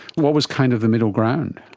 what was kind of the middle ground?